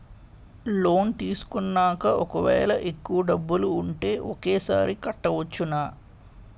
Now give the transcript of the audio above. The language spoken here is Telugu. లోన్ తీసుకున్నాక ఒకవేళ ఎక్కువ డబ్బులు ఉంటే ఒకేసారి కట్టవచ్చున?